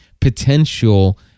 potential